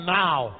now